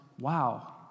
wow